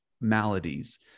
maladies